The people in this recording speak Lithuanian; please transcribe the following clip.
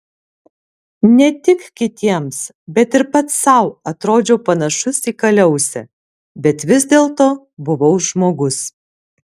ne tik kitiems bet ir pats sau atrodžiau panašus į kaliausę bet vis dėlto buvau žmogus